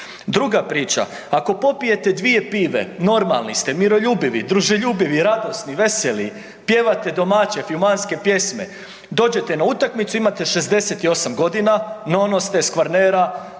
Druga priča, ako popijete 2 pive normalni ste, miroljubivi, druželjubivi, radosni, veseli, pjevate domaće …/nerazumljivo/… pjesme, dođete na utakmicu imate 68 godina, no ono ste s Kvarnera,